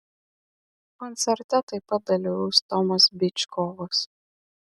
koncerte taip pat dalyvaus tomas byčkovas